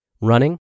running